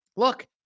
look